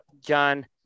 John